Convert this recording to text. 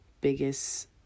biggest